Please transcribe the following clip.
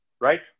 Right